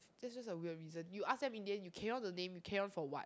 that's just a weird reason you ask them in the end you carry on the name you carry on for what